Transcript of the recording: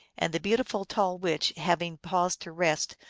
and the beautiful tall witch having paused to rest,